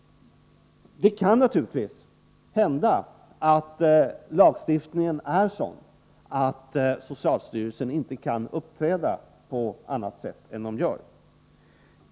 Det kan naturligtvis hända att lagstiftningen är sådan att socialstyrelsen inte kan uppträda på annat sätt än man gör.